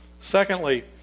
Secondly